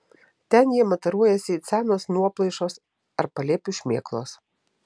ten jie mataruojasi it senos nuoplaišos ar palėpių šmėklos